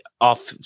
off